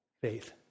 faith